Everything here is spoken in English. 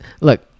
Look